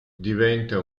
diventa